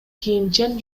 кийимчен